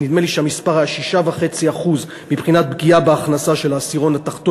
נדמה לי שהמספר היה 6.5% מבחינת פגיעה בהכנסה של העשירון התחתון,